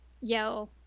yo